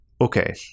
Okay